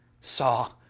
saw